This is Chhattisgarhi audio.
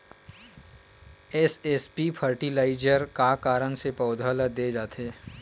एस.एस.पी फर्टिलाइजर का कारण से पौधा ल दे जाथे?